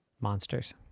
monsters